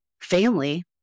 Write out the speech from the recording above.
family